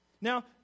Now